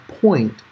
point